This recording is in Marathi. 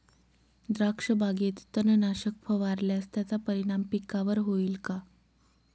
द्राक्षबागेत तणनाशक फवारल्यास त्याचा परिणाम पिकावर होईल का?